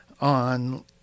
on